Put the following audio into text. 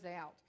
out